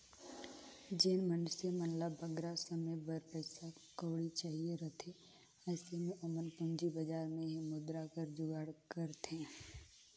जेन मइनसे मन ल बगरा समे बर पइसा कउड़ी चाहिए रहथे अइसे में ओमन पूंजी बजार में ही मुद्रा कर जुगाड़ करथे